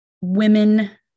women